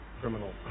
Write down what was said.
criminal